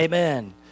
Amen